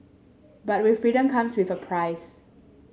but we freedom comes with a price